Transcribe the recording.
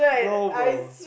no bro